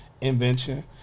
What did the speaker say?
invention